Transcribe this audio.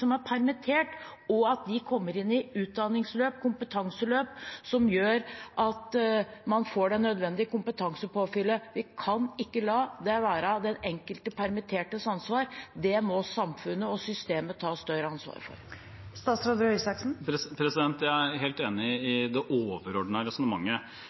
gjør at man får det nødvendige kompetansepåfyllet? Vi kan ikke la det være den enkelte permittertes ansvar – det må samfunnet og systemet ta større ansvar for. Jeg er helt enig i det overordnede resonnementet.